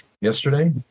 yesterday